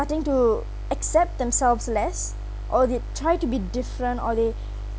~ting to accept themselves less or they try to be different or they